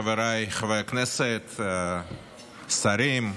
חבריי חברי הכנסת, שרים,